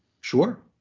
Sure